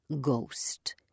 ghost